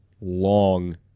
long